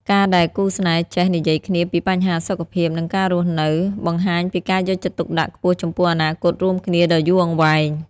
ការដែលគូស្នេហ៍ចេះ "និយាយគ្នាពីបញ្ហាសុខភាព និងការរស់នៅ" បង្ហាញពីការយកចិត្តទុកដាក់ខ្ពស់ចំពោះអនាគតរួមគ្នាដ៏យូរអង្វែង។